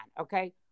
okay